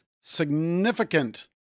significant